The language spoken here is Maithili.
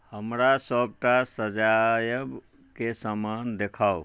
हमरा सभटा सजाबयके समान देखाउ